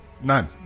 None